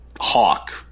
hawk